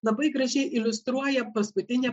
labai gražiai iliustruoja paskutinė